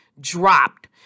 dropped